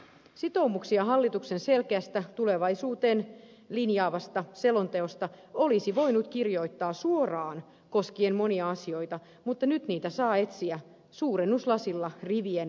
sitoumuksia hallituksen selkeästä tulevaisuuteen linjaavasta selonteosta olisi voinut kirjoittaa suoraan koskien monia asioita mutta nyt niitä saa etsiä suurennuslasilla rivien välistä